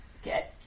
Okay